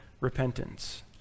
repentance